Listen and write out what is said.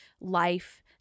life